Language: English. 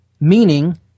Meaning